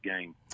game